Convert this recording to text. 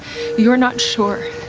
you're not sure?